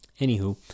Anywho